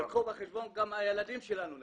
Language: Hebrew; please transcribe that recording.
תיקחו בחשבון שגם הילדים שלנו נכנסים.